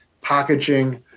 packaging